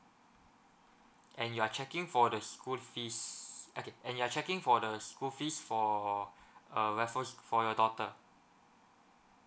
and you are checking for the school fees okay and you are checking for the school fees for uh raffles for your daughter